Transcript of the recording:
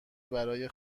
برای